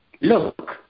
Look